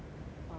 uh not really